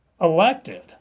elected